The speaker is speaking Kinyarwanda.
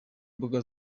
mbuga